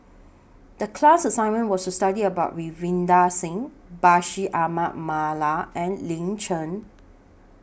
The class assignment was to study about Ravinder Singh Bashir Ahmad Mallal and Lin Chen